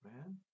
man